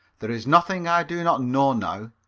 there is nothing i do not know now.